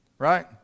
Right